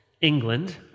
England